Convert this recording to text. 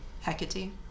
Hecate